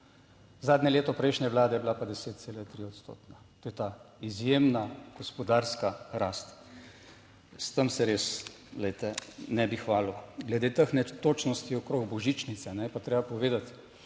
Zadnje leto prejšnje vlade je bila pa 10,3 odstotna. To je ta izjemna gospodarska rast. S tem se res, glejte, ne bi hvalil. Glede teh netočnosti okrog božičnice je pa treba povedati,